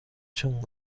چون